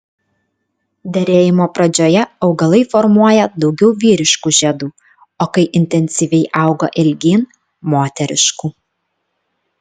derėjimo pradžioje augalai formuoja daugiau vyriškų žiedų o kai intensyviai auga ilgyn moteriškų